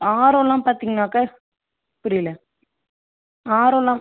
ஆரம்லாம் பார்த்திங்கனாக்கா புரியலை ஆரம்லாம்